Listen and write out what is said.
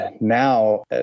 now